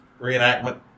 reenactment